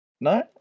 No